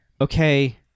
okay